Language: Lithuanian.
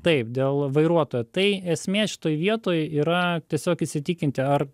taip dėl vairuotojo tai esmė šitoj vietoj yra tiesiog įsitikinti ar